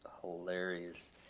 hilarious